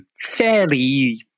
fairly